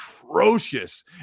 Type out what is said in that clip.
atrocious